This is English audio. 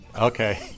Okay